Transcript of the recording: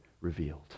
revealed